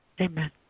Amen